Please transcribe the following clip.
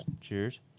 cheers